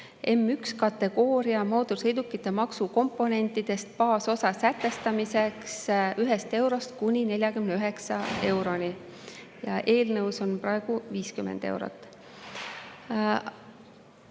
M1-kategooria mootorsõiduki maksu komponendi, baasosa sätestamisele 1 eurost kuni 49 euroni. Eelnõus on praegu 50 eurot.